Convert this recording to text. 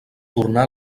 tornà